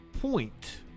point